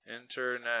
Internet